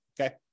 okay